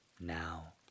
Now